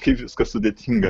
kaip viskas sudėtinga